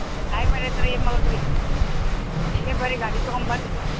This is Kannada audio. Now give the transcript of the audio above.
ಟೈಮ್ ಆಗೈತೆ ರೀ ಏನು ಮಾಡೋದ್ ರೀ ಇಲ್ಲೇ ಬನ್ರಿ ಗಾಡಿ ತೊಗೊಂಬನ್ರಿ